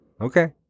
okay